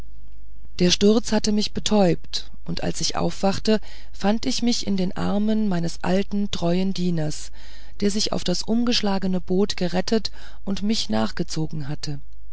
der sturz hatte mich betäubt und als ich aufwachte befand ich mich in den armen meines alten treuen dieners der sich auf das umgeschlagene boot gerettet und mich nachgezogen hatte